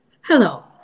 Hello